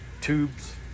tubes